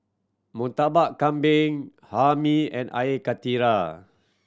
Murtabak Kambing Hae Mee and karthira